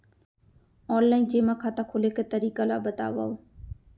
Online जेमा खाता खोले के तरीका ल बतावव?